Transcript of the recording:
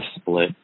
split